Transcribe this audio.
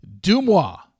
Dumois